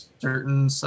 certain